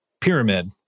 pyramid